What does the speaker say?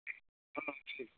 ठीक हाँ ठीक